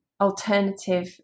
alternative